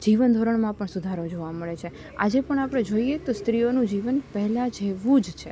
જીવન ધોરણમાં પણ સુધારો જોવા મળે છે આજે પણ આપણે જોઈએ તો સ્ત્રીઓનું જીવન પહેલાં જેવું જ છે